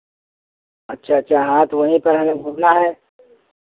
अच्छा अच्छा हाँ तो वहीं पे हमें घूमना है